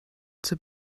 zur